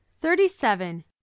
Thirty-Seven